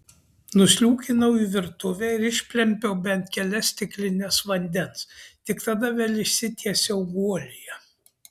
nusliūkinau į virtuvę ir išplempiau bent kelias stiklines vandens tik tada vėl išsitiesiau guolyje